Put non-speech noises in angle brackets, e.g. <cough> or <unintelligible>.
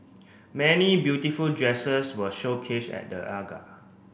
many beautiful dresses were showcased at the <unintelligible>